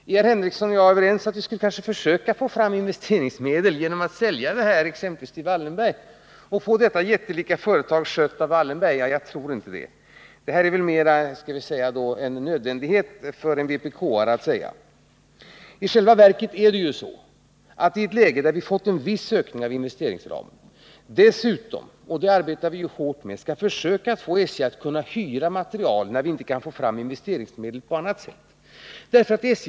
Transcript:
Är Sven Henricsson och jag överens om att vi kanske skulle försöka få fram investeringsmedel genom att sälja järnvägen exempelvis till Wallenberg och få detta jättelika företag skött av honom? Jag tror inte det. Det här är väl mera en nödvändighet för en vpk:are att säga. I själva verket är det så att vi i ett läge där vi fått en viss ser åt SJ ökning av investeringsramen skall försöka få SJ att kunna hyra materiel — det arbetar vi hårt med — när investeringsmedel inte kan fås fram på annat sätt.